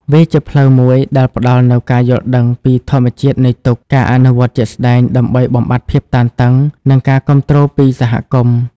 វាជាផ្លូវមួយដែលផ្តល់នូវការយល់ដឹងពីធម្មជាតិនៃទុក្ខ ការអនុវត្តជាក់ស្តែងដើម្បីបំបាត់ភាពតានតឹង និងការគាំទ្រពីសហគមន៍។